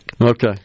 Okay